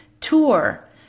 tour